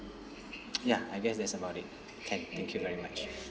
ya I guess that's about it can thank you very much